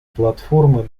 платформы